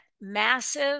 massive